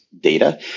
data